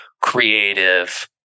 creative